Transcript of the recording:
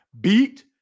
beat